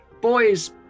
Boys